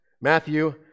Matthew